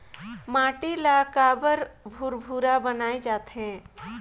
माटी ला काबर भुरभुरा बनाय जाथे?